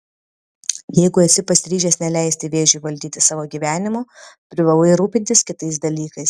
jeigu esi pasiryžęs neleisti vėžiui valdyti savo gyvenimo privalai rūpintis kitais dalykais